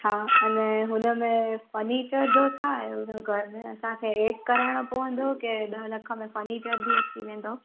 हा अने हुनमें फर्नीचर जो छो आहे हुन घर में असांखे एड कराइणो पवंदो कि ॾह लख में फर्नीचर बि अची वेंदो